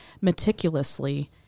meticulously